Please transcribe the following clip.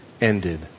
ended